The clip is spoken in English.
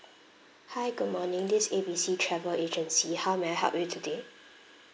hi good morning this A B C travel agency how may I help you today